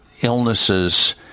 illnesses